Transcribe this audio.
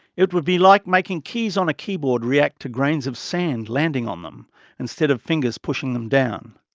it would be like making keys on a keyboard react to grains of sand landing on them instead of fingers pushing them down.